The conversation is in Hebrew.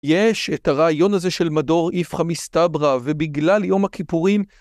יש את הרעיון הזה של מדור היפכא מסתברא, ובגלל יום הכיפורים...